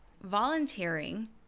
volunteering